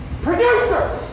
producers